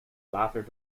later